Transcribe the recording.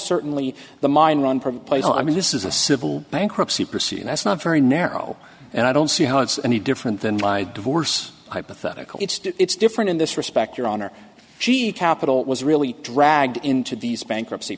certainly the mind run proposal i mean this is a civil bankruptcy proceeding that's not very narrow and i don't see how it's any different than my divorce hypothetical it's different in this respect your honor she capital was really dragged into these bankruptcy